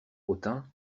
hautain